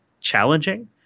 challenging